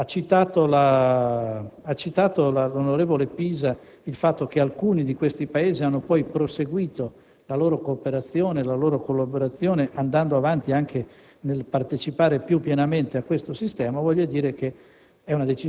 Ha citato la senatrice Pisa il fatto che alcuni di questi Paesi hanno poi proseguito la loro cooperazione e collaborazione, andando avanti anche nel partecipare più pienamente a questo sistema: è una decisione